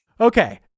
okay